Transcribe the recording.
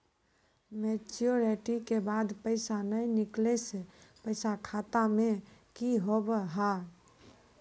Maturity के बाद पैसा नए निकले से पैसा खाता मे की होव हाय?